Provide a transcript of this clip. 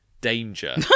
danger